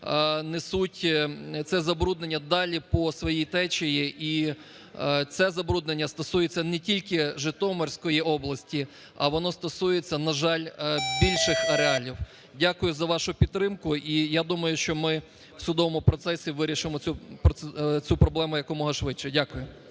несуть це забруднення далі по своїй течії. І це забруднення стосується не тільки Житомирської області, а воно стосується, на жаль, більших ареалів. Дякую за вашу підтримку. І я думаю, що ми в судовому процесі вирішимо цю проблему якомога швидше. Дякую.